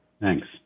Thanks